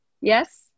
yes